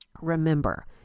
Remember